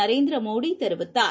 நரேந்திரமோடிதெரிவித்தார்